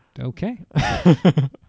Okay